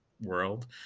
world